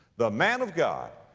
the man of god,